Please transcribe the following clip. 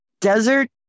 Desert